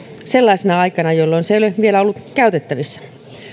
sellaisena aikana jolloin se ei ole vielä ollut käytettävissä